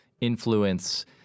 influence